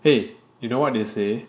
!hey! you know what they say